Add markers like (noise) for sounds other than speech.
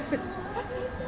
(laughs)